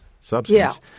substance